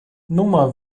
nummer